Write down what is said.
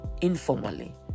informally